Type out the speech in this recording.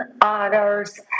others